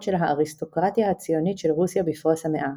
של האריסטוקרטיה הציונית של רוסיה בפרוס המאה",